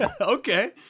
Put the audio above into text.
Okay